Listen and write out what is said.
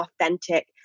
authentic